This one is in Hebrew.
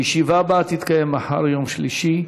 הישיבה הבאה תתקיים מחר, יום שלישי,